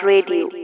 Radio